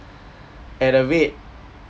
at a rate